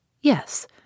Yes